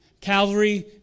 Calvary